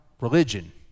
religion